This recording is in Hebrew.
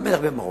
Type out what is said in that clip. המלך במרוקו,